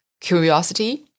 curiosity